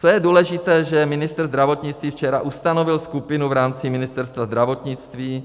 Co je důležité, že ministr zdravotnictví včera ustanovil skupinu v rámci Ministerstva zdravotnictví,